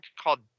called